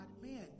man